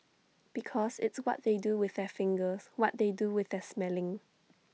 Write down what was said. because it's what they do with their fingers what they do with their smelling